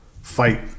fight